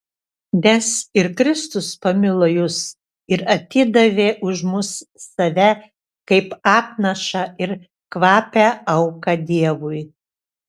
nes ir kristus pamilo jus ir atidavė už mus save kaip atnašą ir kvapią auką dievui